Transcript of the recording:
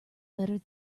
better